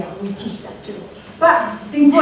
we teach that, too. but the